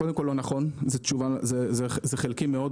קודם כול, לא נכון, זה חלקי מאוד.